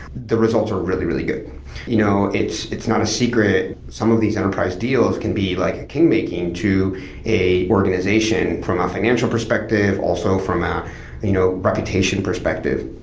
the results are really, really good you know it's it's not a secret some of these enterprise deals can be like king-making to a organization from a financial perspective, also from a you know reputation perspective.